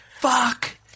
Fuck